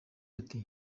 ati